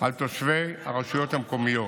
לתושבי הרשויות המקומיות.